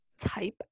type